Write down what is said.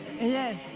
Yes